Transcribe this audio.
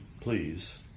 please